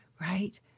right